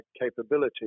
capability